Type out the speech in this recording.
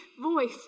voice